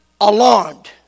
alarmed